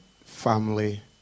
family